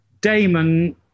Damon